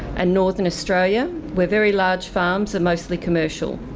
and northern australia where very large farms are mostly commercial.